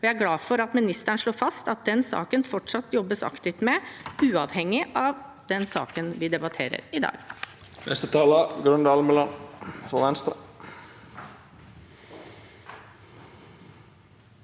Jeg er glad for at ministeren slår fast at det fortsatt jobbes aktivt med den saken, uavhengig av den saken vi debatterer i dag.